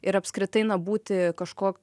ir apskritai na būti kažko